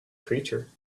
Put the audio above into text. creature